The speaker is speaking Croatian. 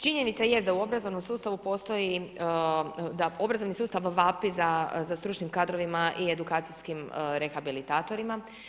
Činjenica jest da obrazovnom sustavu postoji, da obrazovni sustav vapi za stručnim kadrovima i edukacijskim rehabilitatorima.